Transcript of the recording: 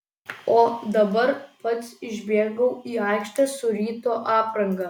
o dabar pats išbėgau į aikštę su ryto apranga